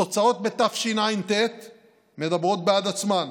התוצאות בתשע"ט מדברות בעד עצמן.